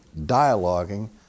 dialoguing